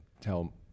tell